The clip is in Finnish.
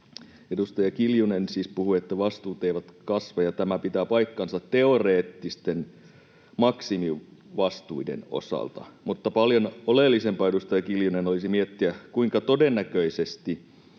Edustaja Kiljunen siis puhui, että vastuut eivät kasva, ja tämä pitää paikkansa teoreettisten maksimivastuiden osalta — mutta paljon oleellisempaa, edustaja Kiljunen, olisi miettiä, kuinka todennäköisesti